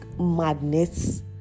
madness